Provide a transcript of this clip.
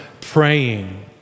praying